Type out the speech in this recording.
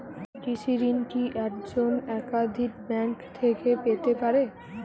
কৃষিঋণ কি একজন একাধিক ব্যাঙ্ক থেকে পেতে পারে?